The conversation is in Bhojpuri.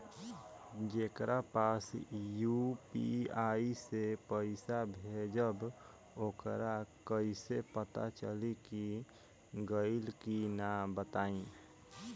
जेकरा पास यू.पी.आई से पईसा भेजब वोकरा कईसे पता चली कि गइल की ना बताई?